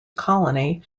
colony